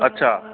अच्छा